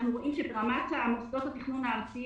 אנחנו רואים שברמת מוסדות התכנון הארציים